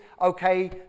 okay